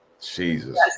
Jesus